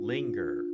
Linger